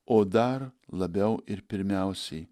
o dar labiau ir pirmiausiai